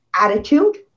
attitude